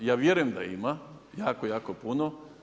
I ja vjerujem da ima, jako, jako puno.